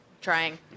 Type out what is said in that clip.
Trying